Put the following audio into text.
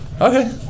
okay